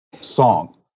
song